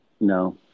No